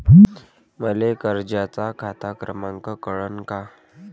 मले कर्जाचा खात क्रमांक कळन का?